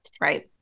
right